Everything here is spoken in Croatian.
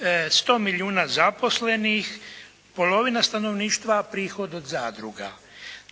100 milijuna zaposlenih, polovina stanovništva prihod od zadruga.